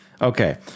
Okay